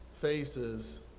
faces